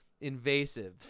invasive